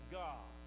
god